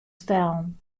stellen